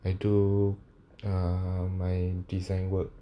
I do uh my design work